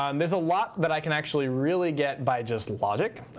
um there's a lot that i can actually really get by just logic.